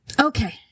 Okay